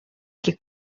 che